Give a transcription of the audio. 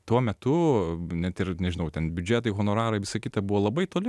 tuo metu net ir nežinau ten biudžetai honorarai visa kita buvo labai toli